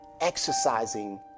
exercising